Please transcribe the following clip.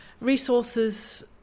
resources